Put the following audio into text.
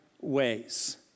ways